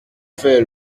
faire